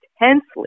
intensely